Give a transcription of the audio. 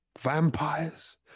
vampires